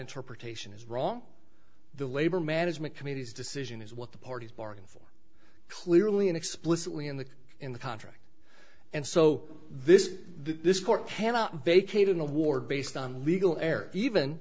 interpretation is wrong the labor management committees decision is what the parties bargained for clearly and explicitly in the in the contract and so this this court cannot vacate in a war based on legal error even